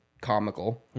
comical